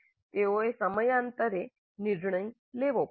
તેઓએ સમયાંતરે નિર્ણય લેવો પડશે